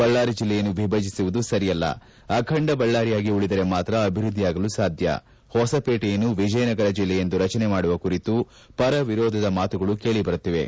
ಬಳ್ಳಾರಿ ಜಿಲ್ಲೆಯನ್ನು ವಿಭಜಸುವುದು ಸರಿಯಲ್ಲ ಅಖಂಡ ಬಳ್ಳಾರಿಯಾಗಿ ಉಳಿದರೆ ಮಾತ್ರ ಅಭಿವೃದ್ದಿಯಾಗಲು ಸಾಧ್ಯ ಹೊಸಪೇಟೆಯನ್ನು ವಿಜಯನಗರ ಜಿಲ್ಲೆಯೆಂದು ರಚನೆ ಮಾಡುವ ಕುರಿತು ಪರ ವಿರೋಧದ ಮಾತುಗಳು ಕೇಳಿಬರುತ್ತಿವೆ